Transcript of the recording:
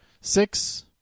six